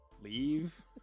leave